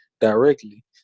directly